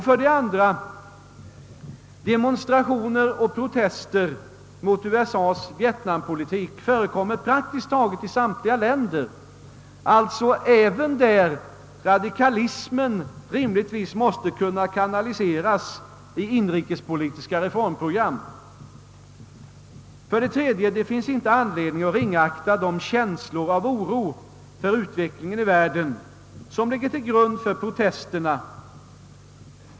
För det andra förekommer demonstrationer och protester mot USA:s vietnampolitik i praktiskt taget samtliga länder, alltså även där radikalismen rimligtvis måste kunna kanaliseras i inrikespolitiska reformprogram. För det tredje finns det ingen anledning att ringakta de känslor av oro för utvecklingen i världen som ligger till grund för protesterna.